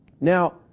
Now